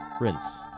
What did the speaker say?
rinse